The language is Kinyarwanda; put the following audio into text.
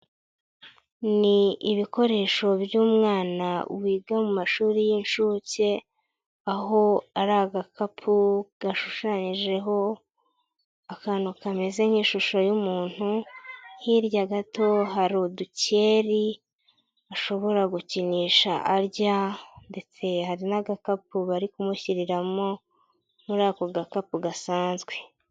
Ni ibikoresho by'umwana wiga mu mashuri y'incuke, aho ari agakapu gashushanyijeho, akantu kameze nk'ishusho y'umuntu, hirya gato haridukeri, ashobora gukinisha arya ndetse hari n'agakapu, bari kumushyiriramo, muri ako gakapu gasanzwe.